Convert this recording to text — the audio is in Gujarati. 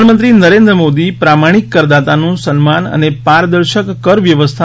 પ્રધાનમંત્રી નરેન્દ્ર મોદી પ્રમાણિક કરદાતાનું સન્માન અને પારદર્શક કર વ્યવસ્થા